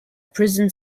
prison